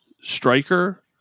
Striker